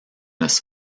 this